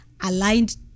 aligned